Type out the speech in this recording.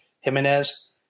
Jimenez